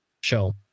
show